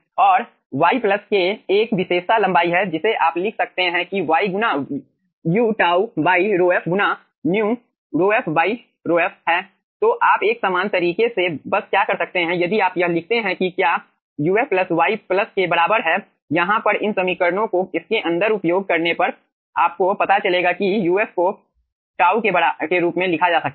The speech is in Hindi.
और y एक विशेषता लंबाई है जिसे आप लिख सकते हैं कि y गुना uτ ρf गुना μ ρf ρf है तो आप एक समान तरीके से बस क्या कर सकते हैं यदि आप यह लिखते हैं कि क्या uf प्लस y प्लस के बराबर है यहाँ पर इन समीकरणों को इसके अंदर उपयोग करने पर आपको पता चलेगा कि uf को τ के रूप में लिखा जा सकता है